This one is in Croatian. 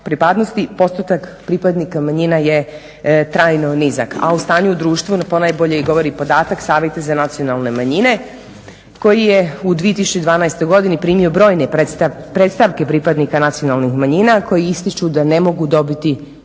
pripadnosti postotak pripadnika manjina je trajno nizak, a o stanju u društvu ponajbolje i govori podatak Savjeta za nacionalne manjine koji je u 2012.godini primio predstavke pripadnika nacionalnih manjina koji ističu da ne mogu dobiti